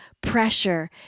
pressure